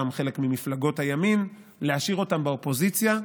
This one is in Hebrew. גם חלק ממפלגות הימין, באופוזיציה,